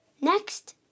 Next